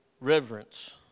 Reverence